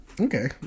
Okay